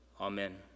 amen